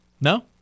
No